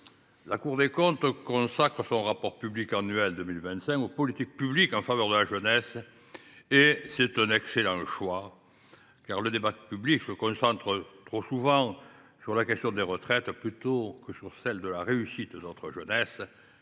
la Cour des comptes consacre son rapport public annuel 2025 aux politiques publiques en faveur de la jeunesse. C’est un excellent choix, car le débat public se concentre trop souvent sur la question des retraites plutôt que sur celle de la réussite de notre jeunesse,